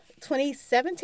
2017